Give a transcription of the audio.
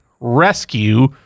rescue